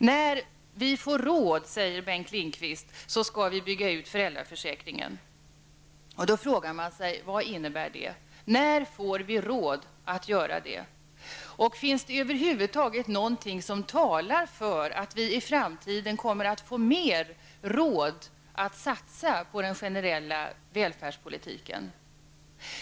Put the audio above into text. ''När vi får råd'', säger Bengt Lindqvist, ''skall vi bygga ut föräldraförsäkringen''. Vad innebär det? När får vi råd? Finns det över huvud taget någonting som talar för att vi i framtiden kommer att få bättre råd att satsa på den generella välfärdspolitiken?